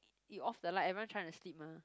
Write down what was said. you off the light everyone trying to sleep mah